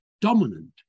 dominant